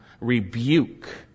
rebuke